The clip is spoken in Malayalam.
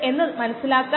9 s7